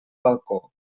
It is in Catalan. balcó